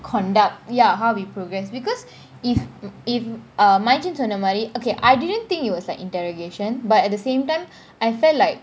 conduct ya how we progress because if if uh marichin சொன்ன மாறி :sonna maari okay I didn't think it was like interrogation but at the same time I felt like